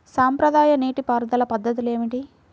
సాంప్రదాయ నీటి పారుదల పద్ధతులు ఏమిటి?